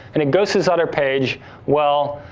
and it goes to this other page, well,